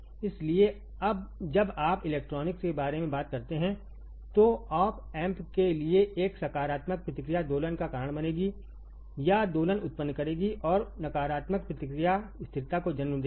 इसलिए जब आप इलेक्ट्रॉनिक्स के बारे में बात करते हैं तो ऑप एम्प के लिए एक सकारात्मक प्रतिक्रिया दोलन का कारण बनेगी या दोलन उत्पन्न करेगी और नकारात्मक प्रतिक्रिया स्थिरता को जन्म देगी